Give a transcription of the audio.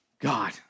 God